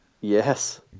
Yes